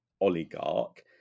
oligarch